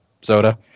soda